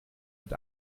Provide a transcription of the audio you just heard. mit